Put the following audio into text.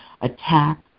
attack